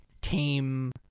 tame